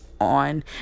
on